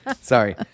Sorry